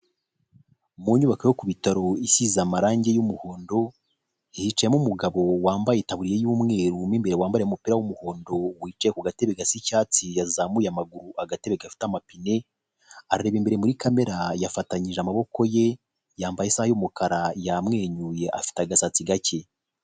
Mu nyubako yo ku bitaro isize amarangi y'umuhondo hicayemo umugabo wambaye itaburiya y'umweru mw'imbere wambaye umupira w'umuhondo wicaye ku gatebe gasa icyatsi yazamuye amaguru ,agatebe gafite amapine ,areba imbere muri kamera yafatanyije amaboko ye yambaye isaha y'umukara yamwenyuye afite agasatsi gake.